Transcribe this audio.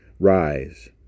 Rise